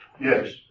Yes